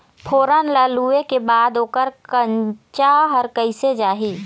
फोरन ला लुए के बाद ओकर कंनचा हर कैसे जाही?